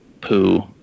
poo